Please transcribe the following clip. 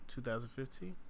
2015